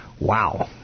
Wow